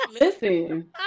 Listen